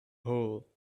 hole